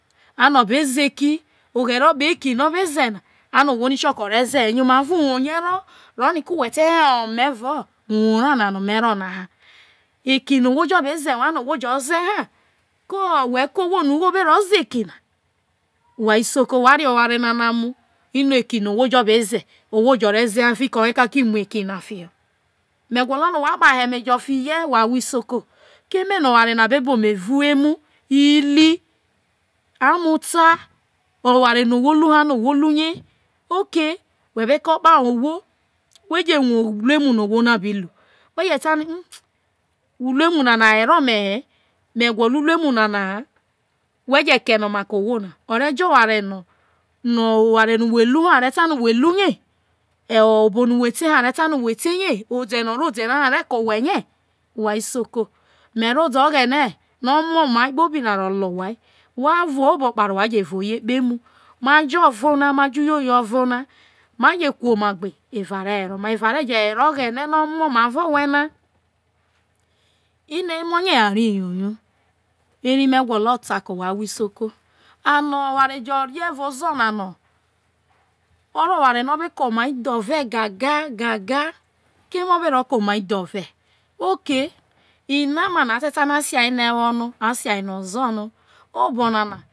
A no̱ o̱ be ze eki oghere eki o be ze na ano ohwo re ze he ye orono whe be ko ohwo na evao uwuo rie he ko wo ko ohwo na ugho no o̱ be ro ze iki na wha isoko wa ri oware nana mu fiki uye kaki mu eki na ha me gwolo no wha kpahe eme jo fi hie wa awho ozo oware no ohwo hu ano̱ hwo hu rie ma jo̱ ovo̱ ma je kumagbe eva je were oghene no o ma ma avo̱ owhe na inno emo rie ero wouwou ano oware jo rie wa ahwo isoko no̱ be be ome evuhu evao ozo̱ na no obe ke oma idhuve gaga keme o be ro ke oma iduve ina ma na a ta no̱ a si no ewho no a si no ozoro no obonana te ru ewoma o re je ru eyoma woho o̱ no̱ ome no eme ugho ro̱ ugho ro̱ ro̱ oware ugho u ro wa eva were si ohwo no o te ro omamu ugho ezi ra no uho rie uye fiho no wo ko̱.